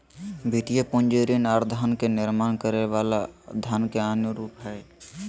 वित्तीय पूंजी ऋण आर धन के निर्माण करे वला धन के अन्य रूप हय